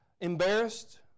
embarrassed